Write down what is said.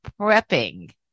prepping